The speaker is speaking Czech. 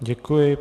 Děkuji.